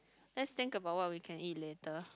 let's think about what we can eat later